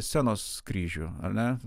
scenos kryžių ar ne